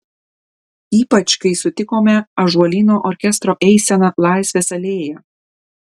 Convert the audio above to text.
ypač kai sutikome ąžuolyno orkestro eiseną laisvės alėja